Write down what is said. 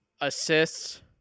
assists